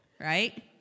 right